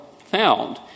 found